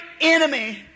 enemy